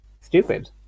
stupid